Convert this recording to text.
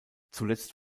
zuletzt